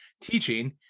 teaching